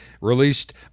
released